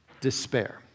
despair